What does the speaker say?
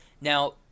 Now